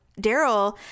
Daryl